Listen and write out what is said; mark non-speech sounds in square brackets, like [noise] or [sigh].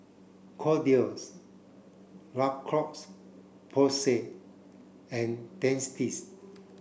Kordel's La [unintelligible] Porsay and Dentiste